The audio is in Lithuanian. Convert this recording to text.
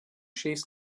šiais